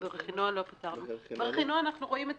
ברכינוע אנחנו רואים את